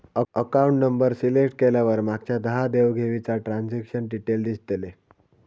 account number select केल्यावर मागच्या दहा देव घेवीचा ट्रांजॅक्शन डिटेल दिसतले